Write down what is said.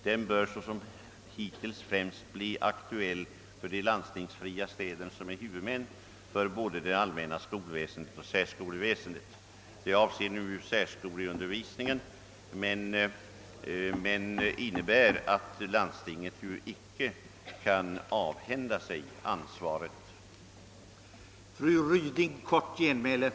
Den bör såsom hittills främst bli aktuell för de landstingsfria städerna, som är huvudmän för både det allmänna skolväsendet och särskolväsendet.» Det är i detta fall särskolan som avses, men jag vill understryka att landstinget icke genom att delegera uppgifter till annat organ kan avhända sig sitt ansvar.